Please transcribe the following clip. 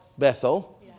Bethel